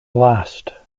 last